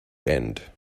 end